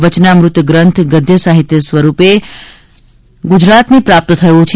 વચનામૃત ગ્રંથ ગદ્ય સાહિત્ય સ્વરૂપે ગુજરાતને પ્રાપ્ત થયો છે